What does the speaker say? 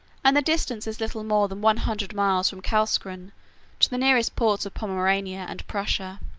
and the distance is little more than one hundred miles from carlscroon to the nearest ports of pomerania and prussia.